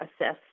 assess